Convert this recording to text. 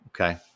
Okay